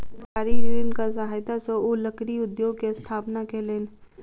सरकारी ऋणक सहायता सॅ ओ लकड़ी उद्योग के स्थापना कयलैन